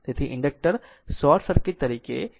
તેથી inductor short circuit તરીકે કાર્ય કરશે